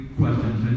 questions